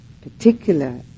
particular